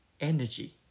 energy